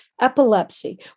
epilepsy